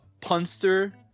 punster